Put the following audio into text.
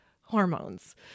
hormones